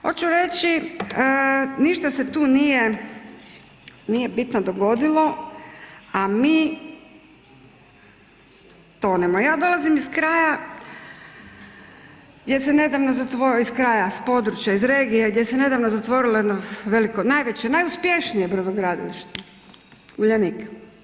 Hoću reći, ništa se tu nije bitno dogodilo, a mi tonemo, ja dolazim iz kraja gdje se nedavno, iz kraja, s područja, s regije gdje se nedavno zatvorilo jedno veliko, najveće, najuspješnije brodogradilište, Uljanik.